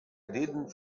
didn’t